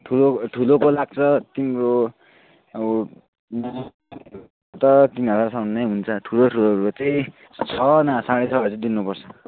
ठुलो ठुलोको लाग्छ तिम्रो अब म त तिन हजारसम्ममै हुन्छ ठुलो ठुलोको चाहिँ छ नभए साढे छहरू चाहिँ दिनुपर्छ